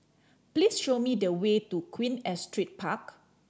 please show me the way to Queen Astrid Park